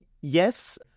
yes